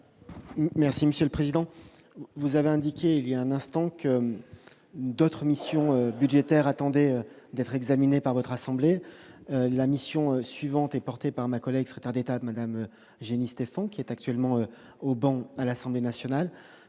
Merci monsieur le président, vous avez indiqué, il y a un instant que d'autres missions budgétaires attendez d'être examinée par votre assemblée la mission suivante et porté par ma collègue, secrétaire d'État, madame Gény-Stephann, qui est actuellement au banc à l'Assemblée nationale,